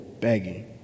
begging